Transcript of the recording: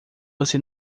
você